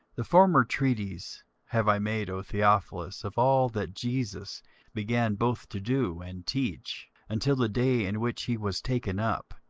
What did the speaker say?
the former treatise have i made, o theophilus, of all that jesus began both to do and teach, until the day in which he was taken up,